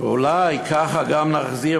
אולי ככה גם נחזיר,